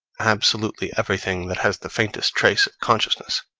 absolutely everything that has the faintest trace of consciousness.